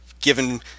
given